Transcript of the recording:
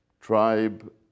tribe